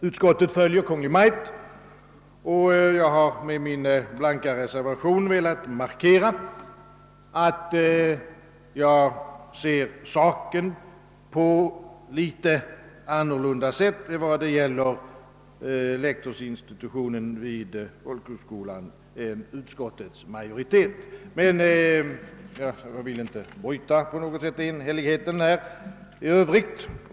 Utskottet följer Kungl. Maj:t, och jag har med min blanka reservation velat markera, att jag ser saken på ett något annorlunda sätt än utskottsmajoriteten i vad det gäller lektorsinstitutionen vid folkhögskolan. Jag vill inte bryta enhälligheten i övrigt.